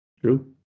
True